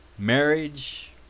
Marriage